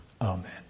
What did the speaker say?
Amen